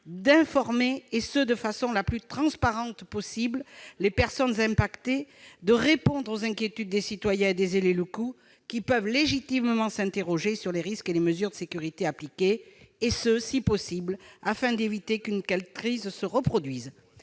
d'informer, et ce de la façon la plus transparente possible, les personnes touchées et de répondre aux inquiétudes des citoyens et des élus locaux, qui peuvent légitimement s'interroger sur les risques et les mesures de sécurité appliquées afin d'éviter qu'une telle crise ne se reproduise.